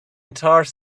entire